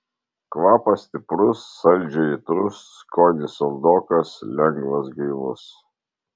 kvapas stiprus saldžiai aitrus skonis saldokas lengvas gaivus